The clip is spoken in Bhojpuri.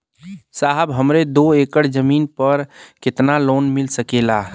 साहब हमरे दो एकड़ जमीन पर कितनालोन मिल सकेला?